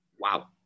Wow